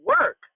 work